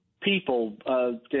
people